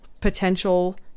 potential